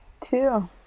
two